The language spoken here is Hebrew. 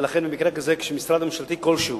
ולכן במקרה כזה, כשמשרד ממשלתי כלשהו,